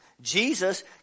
Jesus